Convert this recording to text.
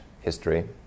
history